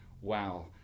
wow